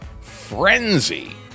Frenzy